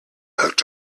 hooked